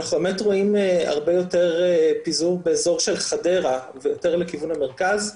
אנחנו באמת רואים הרבה יותר פיזור באזור של חדרה ויותר לכיוון המרכז,